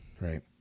Right